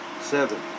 Seven